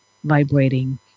Vibrating